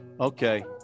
Okay